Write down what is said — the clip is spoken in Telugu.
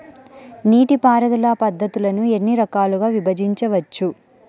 నీటిపారుదల పద్ధతులను ఎన్ని రకాలుగా విభజించవచ్చు?